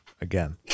again